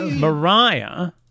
Mariah